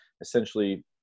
Essentially